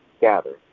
gathered